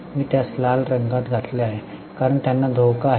मी त्यास लाल रंगात घातले आहे कारण त्यांना धोका आहे